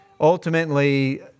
ultimately